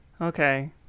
Okay